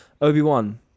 Obi-Wan